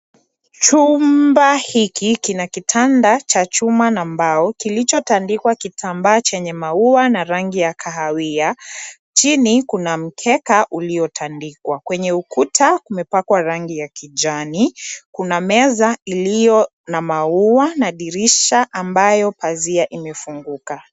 Chumba hiki kina kitanda cha chuma nambao , kilichotandikwa kitambaa chenye maua na rangi ya kahawia. Chini kuna mkeka uliotandikwa . Kwenye ukuta, kumepakwa rangi ya kijani . Kuna meza iliyo na maua na dirisha ambayo pazia imefunguka.